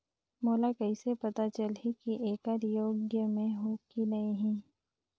मोला कइसे पता चलही की येकर योग्य मैं हों की नहीं?